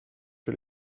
que